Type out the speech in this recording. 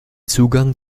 zugang